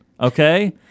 Okay